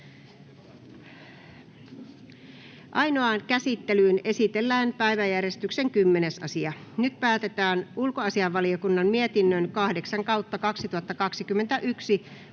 Ainoaan käsittelyyn esitellään päiväjärjestyksen 9. asia. Nyt päätetään ulkoasiainvaliokunnan mietinnön UaVM 8/2021